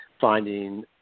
finding